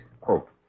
quote